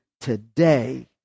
Today